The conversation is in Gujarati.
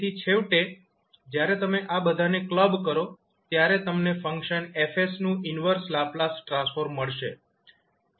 તેથી છેવટે જ્યારે તમે આ બધાને ક્લબ કરો ત્યારે તમને ફંક્શન F નું ઈન્વર્સ લાપ્લાસ ટ્રાન્સફોર્મ મળશે